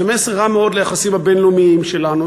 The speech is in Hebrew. זה מסר רע מאוד ליחסים הבין-לאומיים שלנו.